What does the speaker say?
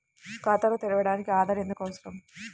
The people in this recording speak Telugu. ఖాతాను తెరవడానికి ఆధార్ ఎందుకు అవసరం?